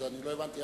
אז לא הבנתי,